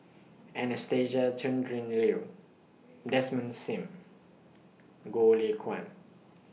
Anastasia Tjendri Liew Desmond SIM Goh Lay Kuan